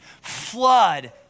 flood